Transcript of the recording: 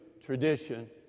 tradition